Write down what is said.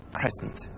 present